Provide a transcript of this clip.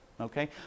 okay